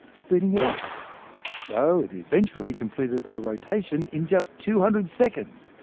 speeding it up so it eventually completed a rotation in just two hundred seconds.